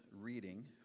reading